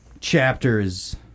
chapters